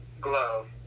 glove